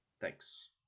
thanks